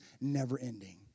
never-ending